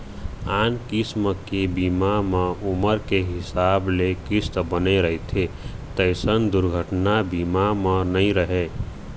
आन किसम के बीमा म उमर के हिसाब ले किस्त बने रहिथे तइसन दुरघना बीमा म नइ रहय